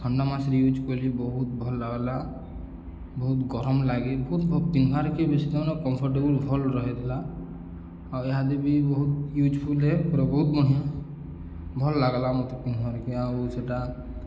ଥଣ୍ଡା ମାସରେ ୟୁଜ୍ କଲି ବହୁତ ଭଲ ଲାଗ୍ଲା ବହୁତ ଗରମ ଲାଗେ ବହୁତ ପିନ୍ଧବାର୍କେ ବେଶୀ ତାନେ କମ୍ଫର୍ଟେବୁଲ ଭଲ ରହିଥିଲା ଆଉ ଏହାଦି ବି ବହୁତ ୟୁଜ୍ଫୁଲ୍ ପୁରା ବହୁତ ବଢ଼ିଆଁ ଭଲ୍ ଲାଗ୍ଲା ମତେ ପିନ୍ଧବାର୍କେ ଆଉ ସେଟା